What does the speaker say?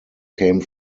came